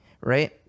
Right